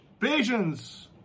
Patience